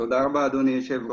אדוני היושב ראש.